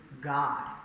God